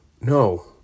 no